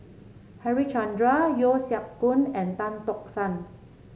Harichandra Yeo Siak Goon and Tan Tock San